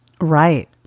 Right